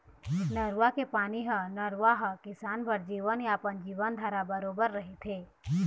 नरूवा के पानी ह नरूवा ह किसान बर जीवनयापन, जीवनधारा बरोबर रहिथे